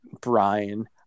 Brian